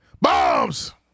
Bombs